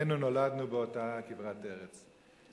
שנינו נולדנו באותה כברת ארץ.